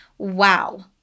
Wow